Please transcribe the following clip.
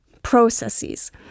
processes